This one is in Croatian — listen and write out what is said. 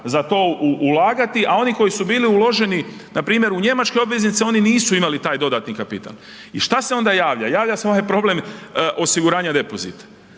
za to ulagati, a oni koji su bili uloženi, npr. u njemačke obveznice, oni nisu imali taj dodatni kapital. I što se onda javlja? Javlja se ovaj problem osiguranja depozita.